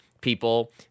people